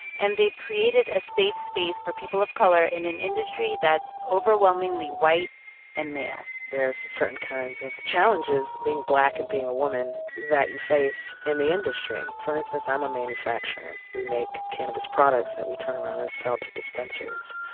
and they've created a safe space for people of color in an industry that's overwhelmingly white and male there's certain kinds of challenges, being black and being a woman, that you face in the industry. for instance, i'm a manufacturer. we make cannabis products that we turn around and sell to dispensaries.